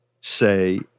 say